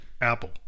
Apple